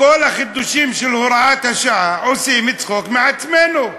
בכל החידושים של הוראת השעה, עושים צחוק מעצמנו.